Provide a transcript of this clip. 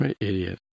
Idiot